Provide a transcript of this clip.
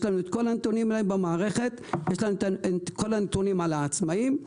יש כל הנתונים במערכת, כל הנתונים על העצמאים,